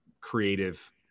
creative